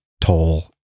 toll